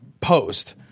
post